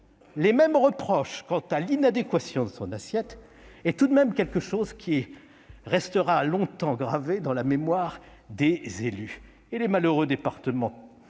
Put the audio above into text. les mêmes reproches quant à l'inadéquation de son assiette, ... Tout à fait !... restera longtemps gravé dans la mémoire des élus. Les malheureux départements